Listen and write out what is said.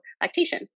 lactation